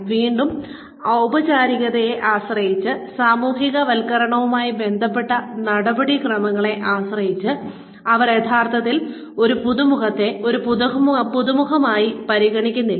വീണ്ടും ഔപചാരികതയെ ആശ്രയിച്ച് സാമൂഹികവൽക്കരണവുമായി ബന്ധപ്പെട്ട നടപടിക്രമങ്ങളെ ആശ്രയിച്ച് അവർ യഥാർത്ഥത്തിൽ ഒരു പുതുമുഖത്തെ ഒരു പുതുമുഖമായി പരിഗണിക്കുന്നില്ല